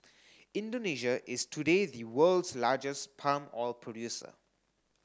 Indonesia is today the world's largest palm oil producer